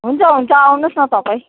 हुन्छ हुन्छ आउनुहोस् न तपाईँ